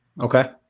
Okay